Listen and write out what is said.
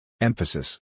Emphasis